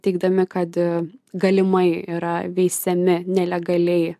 teigdami kad galimai yra veisiami nelegaliai